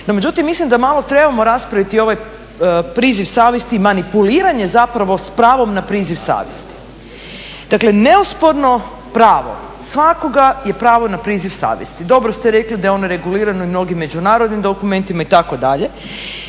međutim, mislim da malo trebamo raspraviti ovaj priziv savjesti, manipuliranje zapravo s pravom na priziv savjesti. Dakle, neosporno pravo svakoga je pravo na priziv savjesti, dobro ste rekli da je ono regulirano i mnogim međunarodnim dokumentima itd..